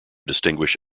distinguish